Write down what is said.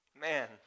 Man